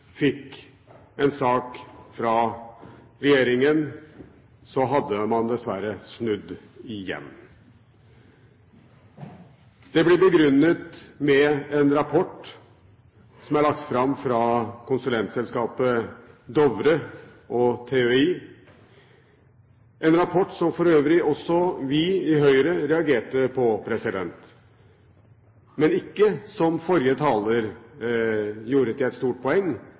fikk en sak fra regjeringen, hadde man dessverre snudd igjen. Det ble begrunnet med en rapport som er lagt fram fra konsulentselskapet Dovre og TØI – en rapport som for øvrig vi i Høyre reagerte på, men ikke på det som forrige taler gjorde til et stort poeng,